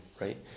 right